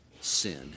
sin